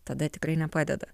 tada tikrai nepadeda